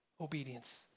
obedience